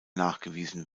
nachgewiesen